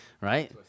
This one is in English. Right